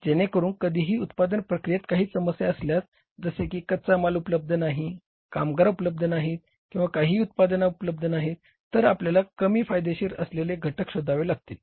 जेणेकरून कधीही उत्पादन प्रक्रियेत काही समस्या असल्यास जसे की कच्चा माल उपलब्ध नाही कामगार उपलब्ध नाहीत किंवा काही उत्पादन उपलब्ध नाहीत तर आपल्याला कमी फायदेशीर असलेले घटक शोधावे लागतील